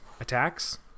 attacks